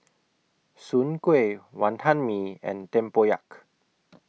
Soon Kuih Wantan Mee and Tempoyak